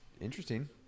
Interesting